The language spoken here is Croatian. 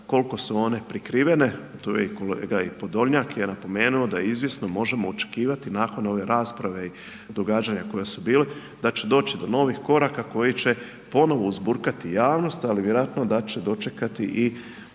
kolko su one prikrivene, to je i kolega, i Podolnjak je napomenuo da izvjesno možemo očekivati nakon ove rasprave i događanja koja su bili da će doći do novih koraka koji će ponovo uzburkati javnost, ali vjerojatno da će dočekati i